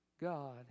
God